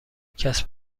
کسب